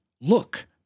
Look